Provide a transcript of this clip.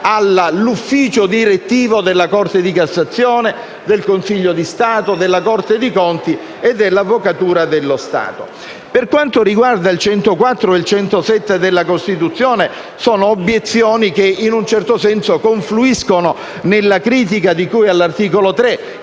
un ufficio direttivo della Corte di cassazione, del Consiglio di Stato, della Corte dei conti e dell'Avvocatura dello Stato. Per quanto riguarda gli articoli 104 e 107 della Costituzione, le relative obiezioni in un certo senso confluiscono nella critica di cui all'articolo 3;